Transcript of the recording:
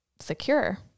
secure